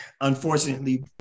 unfortunately